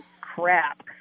crap